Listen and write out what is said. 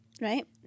Right